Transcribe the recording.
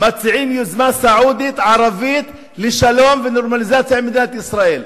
מציעות יוזמה סעודית-ערבית לשלום ונורמליזציה עם מדינת ישראל,